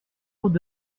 route